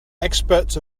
experts